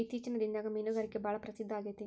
ಇತ್ತೇಚಿನ ದಿನದಾಗ ಮೇನುಗಾರಿಕೆ ಭಾಳ ಪ್ರಸಿದ್ದ ಆಗೇತಿ